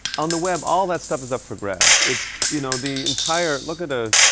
on the web, all that stuff is up for grabs. it's, you know, the entire, look at ah,